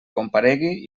comparegui